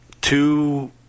two